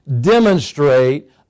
demonstrate